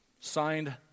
signed